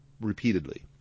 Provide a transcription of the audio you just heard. repeatedly